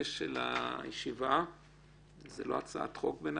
נמשיך הלאה.